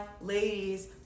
ladies